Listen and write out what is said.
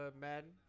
Madden